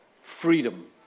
freedom